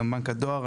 גם בנק הדואר.